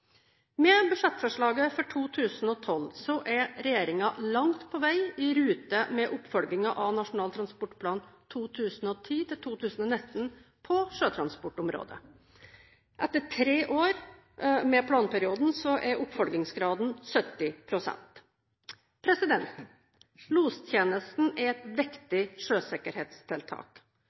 Med budsjettforslaget for 2012 er regjeringen langt på vei i rute med oppfølgingen av Nasjonal transportplan for 2010–2019 på sjøtransportområdet. Etter tre år med planperioden er oppfølgingsgraden 70 pst. Lostjenesten er et viktig sjøsikkerhetstiltak.